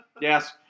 Yes